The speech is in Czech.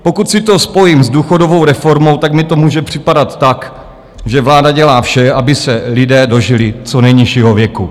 Pokud si to spojím s důchodovou reformou, tak mi to může připadat tak, že vláda dělá vše, aby se lidé dožili co nejnižšího věku.